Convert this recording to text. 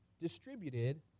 distributed